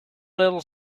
little